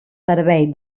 servei